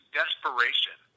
desperation